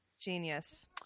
Genius